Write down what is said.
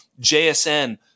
JSN